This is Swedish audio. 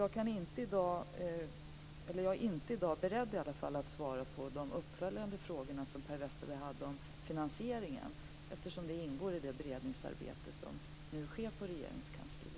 Jag är därför inte i dag beredd att svara på de uppföljande frågorna Per Westerberg hade om finansieringen. Det ingår i det beredningsarbete som nu sker på Regeringskansliet.